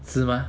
是吗